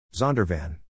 Zondervan